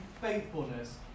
faithfulness